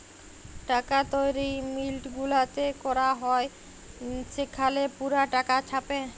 টাকা তৈরি মিল্ট গুলাতে ক্যরা হ্যয় সেখালে পুরা টাকা ছাপে